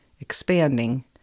expanding